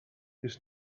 his